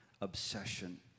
Obsession